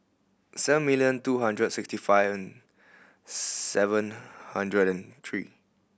seven million two hundred sixty five and seven hundred and three